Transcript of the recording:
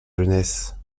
jeunesse